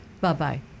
bye-bye